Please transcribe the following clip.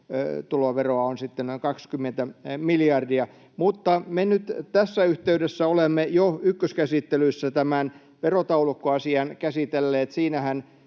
ansiotuloveroa on sitten noin 20 miljardia. Olemme jo ykköskäsittelyssä tämän verotaulukkoasian käsitelleet,